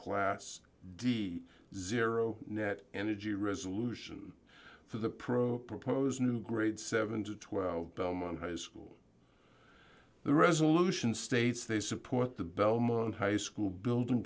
class d zero net energy resolution for the pro proposed new grade seven to twelve belmont high school the resolution states they support the belmont high school building